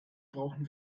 brauchen